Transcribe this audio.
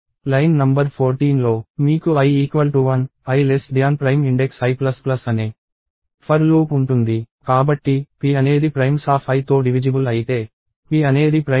line number 14లో మీకు i1 i primeIndex i అనే for లూప్ ఉంటుంది కాబట్టి p అనేది primesi తో డివిజిబుల్ అయితే p అనేది ప్రైమ్ కాదు